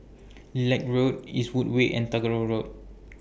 Lilac Road Eastwood Way and Tagore Road